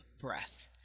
breath